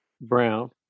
Brown